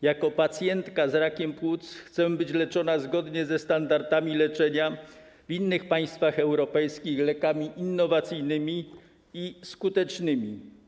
Jako pacjentka z rakiem płuc chcę być leczona zgodnie ze standardami leczenia w innych państwach europejskich - lekami innowacyjnymi i skutecznymi.